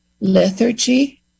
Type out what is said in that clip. lethargy